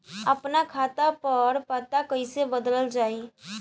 आपन खाता पर पता कईसे बदलल जाई?